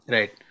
Right